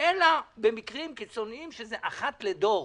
אלא במקרים קיצוניים שזה אחד לדור,